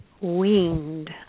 weaned